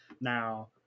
Now